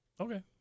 Okay